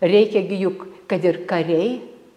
reikia gi juk kad ir kariai